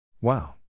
Wow